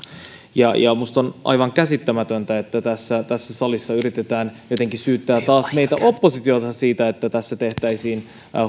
minusta on aivan käsittämätöntä että tässä salissa yritetään jotenkin syyttää taas meitä oppositiossa siitä että tässä tehtäisiin